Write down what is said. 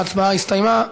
ההצבעה הסתיימה.